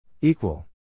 Equal